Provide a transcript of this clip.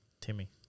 Timmy